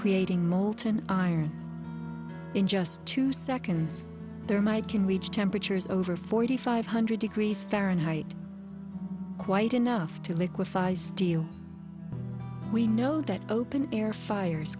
creating molten iron in just two seconds there might can reach temperatures over forty five hundred degrees fahrenheit quite enough to liquify steel we know that open air fires